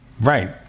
Right